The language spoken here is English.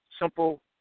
simple